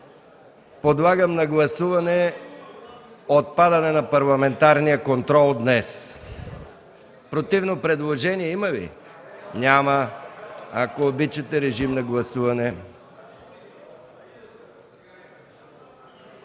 подлагам на гласуване отпадането на парламентарния контрол днес. Противно предложение има ли? Няма. Ако обичате, режим на гласуване.